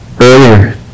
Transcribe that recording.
earlier